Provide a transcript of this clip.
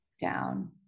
down